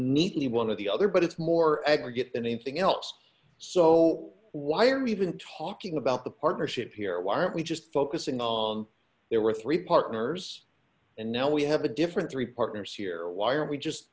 neatly one of the other but it's more aggregate than anything else so why are we even talking about the partnership here weren't we just focusing on there were three partners and now we have a different three partners here why are we just